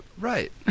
Right